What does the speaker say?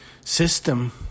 system